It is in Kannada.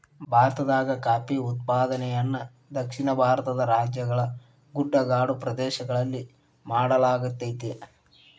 ಭಾರತದಾಗ ಕಾಫಿ ಉತ್ಪಾದನೆಯನ್ನ ದಕ್ಷಿಣ ಭಾರತದ ರಾಜ್ಯಗಳ ಗುಡ್ಡಗಾಡು ಪ್ರದೇಶಗಳಲ್ಲಿ ಮಾಡ್ಲಾಗತೇತಿ